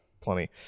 plenty